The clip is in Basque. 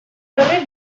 horrek